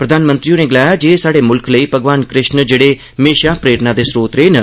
प्रधानमंत्री होरें गलाया जे स्हाड़े मुल्क लेई भगवान कृष्ण जेड़े म्हेशा प्रेरणा दे स्रोत रेह् न